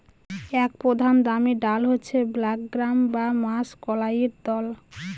এক প্রধান দামি ডাল হচ্ছে ব্ল্যাক গ্রাম বা মাষকলাইর দল